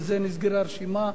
בזה נסגרה הרשימה.